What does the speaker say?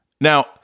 Now